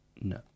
no